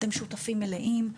אתם שותפים מלאים,